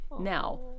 now